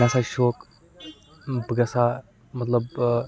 مےٚ ہَسا چھِ شوق بہٕ گژھٕ ہا مطلب